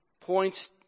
Points